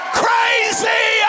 crazy